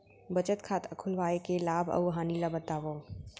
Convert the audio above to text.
बचत खाता खोलवाय के लाभ अऊ हानि ला बतावव?